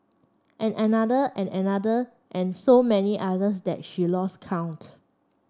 and another and another and so many others that she lost count